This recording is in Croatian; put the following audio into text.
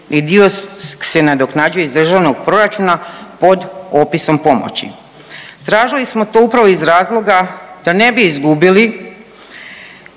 i dio se nadoknađuje iz državnog proračuna pod opisom pomoći. Tražili smo to upravo iz razloga da ne bi izgubili